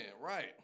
right